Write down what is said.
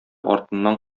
артыннан